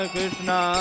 Krishna